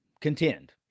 contend